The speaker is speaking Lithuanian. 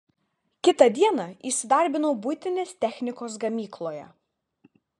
kitą dieną įsidarbinau buitinės technikos gamykloje